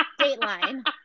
dateline